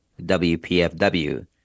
WPFW